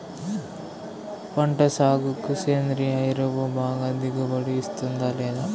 పంట సాగుకు సేంద్రియ ఎరువు బాగా దిగుబడి ఇస్తుందా లేదా